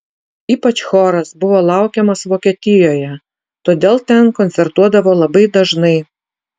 ypač choras buvo laukiamas vokietijoje todėl ten koncertuodavo labai dažnai